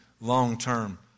long-term